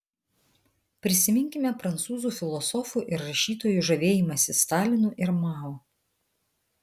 prisiminkime prancūzų filosofų ir rašytojų žavėjimąsi stalinu ir mao